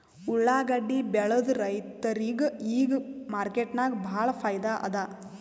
ಉಳ್ಳಾಗಡ್ಡಿ ಬೆಳದ ರೈತರಿಗ ಈಗ ಮಾರ್ಕೆಟ್ನಾಗ್ ಭಾಳ್ ಫೈದಾ ಅದಾ